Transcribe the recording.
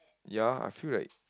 ya I feel like